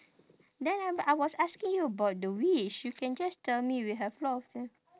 then I but I was asking you about the wish you can just tell me you have lot of them